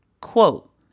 quote